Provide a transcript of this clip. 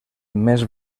més